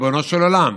ריבונו של עולם,